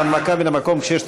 חבר הכנסת יואל חסון,